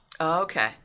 Okay